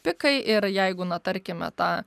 pikai ir jeigu na tarkime tą